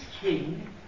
king